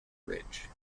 ridge